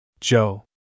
Joe